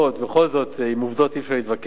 בכל זאת, עם עובדות אי-אפשר להתווכח.